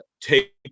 take